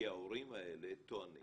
כי ההורים האלה טוענים